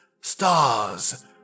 stars